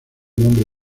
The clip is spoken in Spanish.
nombre